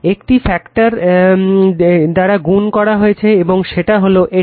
একটি ফ্যাক্টার গুণ করা হয়েছে এবং সেটা হলো এটা